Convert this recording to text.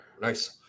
Nice